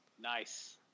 Nice